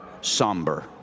somber